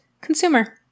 consumer